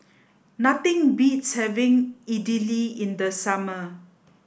nothing beats having Idili in the summer